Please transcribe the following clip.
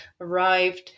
arrived